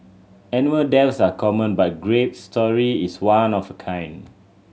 animal deaths are common but Grape's story is one of a kind